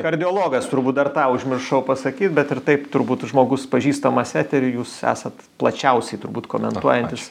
kardiologas turbūt dar tą užmiršau pasakyt bet ir taip turbūt žmogus pažįstamas eteriui jūs esat plačiausiai turbūt komentuojantis